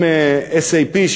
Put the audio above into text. עם SAP,